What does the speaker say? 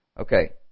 Okay